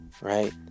Right